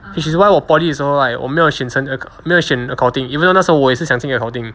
which is why 我 poly 的时候 right 我没有选选 accounting even though 那时候我一也是想进 accounting